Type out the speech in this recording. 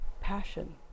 passion